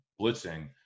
blitzing